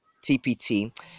TPT